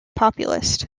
populist